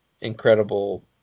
incredible